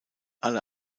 alle